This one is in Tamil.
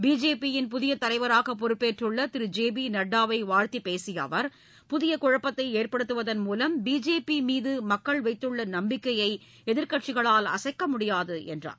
பிஜேபி யின் புதிய தலைவராக பொறுப்பேற்றுள்ள திரு ஜெ பி நட்டாவை வாழ்த்தி பேசிய அவர் புதிய குழப்பத்தை ஏற்படுத்துவதன் மூலம் பிஜேபி மீது மக்கள் வைத்துள்ள நம்பிக்கையை எதிர்க்கட்சிகளால் அசைக்க முடியாது என்றார்